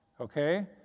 okay